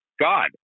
God